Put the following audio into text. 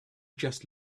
just